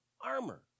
armor